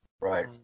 Right